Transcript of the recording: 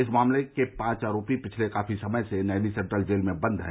इस मामले के पांच आरोपी पिछले काफी समय से नैनी सेन्ट्रल जेल में बंद हैं